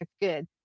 good